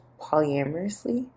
polyamorously